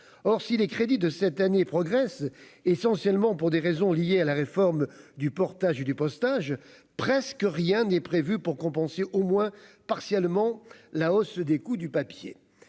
or si les crédits de cette année progresse essentiellement pour des raisons liées à la réforme du portage du du postage, presque rien n'est prévu pour compenser au moins partiellement, la hausse des coûts du papier